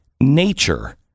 nature